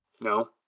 No